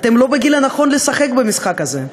אתם לא בגיל הנכון לשחק במשחק הזה.